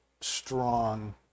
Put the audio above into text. strong